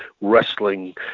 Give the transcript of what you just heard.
wrestling